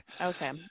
Okay